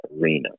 arena